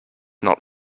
not